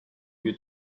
due